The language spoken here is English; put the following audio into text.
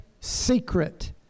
secret